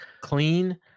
clean